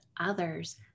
others